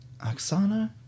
Oksana